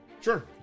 Sure